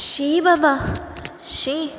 शी बाबा शी